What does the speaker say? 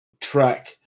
track